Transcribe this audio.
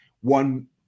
One